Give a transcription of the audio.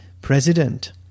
President